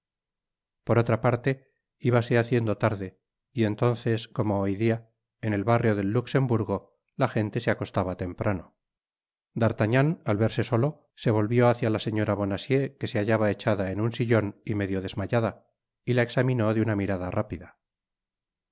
por otra parte íbase haciendo tarde y entonces como hoy dia en el barrio del luxemburgo la gente se acostaba temprano d'artagnan al verse solo se volvió hácia la señora bonacieux que se hallaba echada en un sillon y medio desmayada y la examinó de una mirada rápida